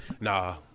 Nah